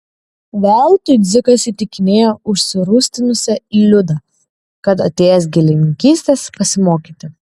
veltui dzikas įtikinėjo užsirūstinusią liudą kad atėjęs gėlininkystės pasimokyti